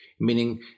meaning